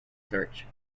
search